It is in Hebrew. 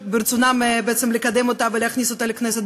בעצם לקדם אותה ולהכניס אותה לכנסת,